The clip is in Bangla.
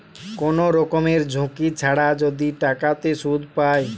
কোন রকমের ঝুঁকি ছাড়া যদি টাকাতে সুধ পায়